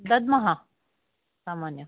दद्मः सामान्यः